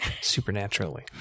supernaturally